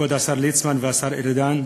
כבוד השר ליצמן והשר ארדן,